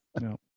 No